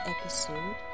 episode